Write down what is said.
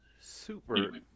super